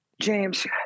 James